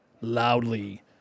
loudly